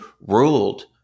ruled